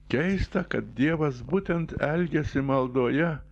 keista kad dievas būtent elgiasi maldoje